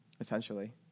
essentially